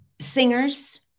singers